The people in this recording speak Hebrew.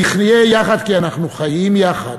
נחיה יחד כי אנחנו חיים יחד.